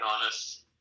honest